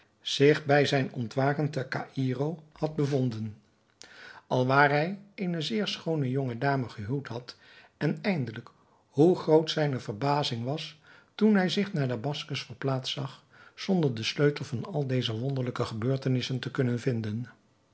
zich bij zijn ontwaken te caïro had bevonden alwaar hij eene zeer schoone jonge dame gehuwd had en eindelijk hoe groot zijne verbazing was toen hij zich naar damaskus verplaatst zag zonder den sleutel van al deze wonderlijke gebeurtenissen te kunnen vinden